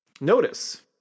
Notice